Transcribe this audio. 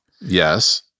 yes